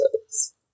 episodes